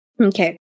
Okay